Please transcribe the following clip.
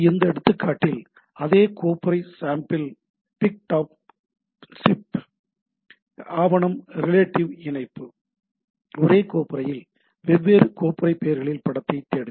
இந்த ஒரு எடுத்துக்காட்டில் அதே கோப்புறை சாம்பிள் பிக் டாட் ஜிப் ஆவணம் ரிலேட்டிவ் இணைப்பு ஒரே கோப்புறையில் வெவ்வேறு கோப்புறை பெயர்களில் படத்தைத் தேடுங்கள்